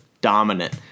dominant